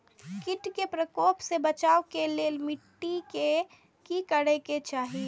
किट के प्रकोप से बचाव के लेल मिटी के कि करे के चाही?